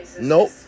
Nope